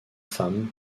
femme